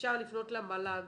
אפשר לפנות למל"ג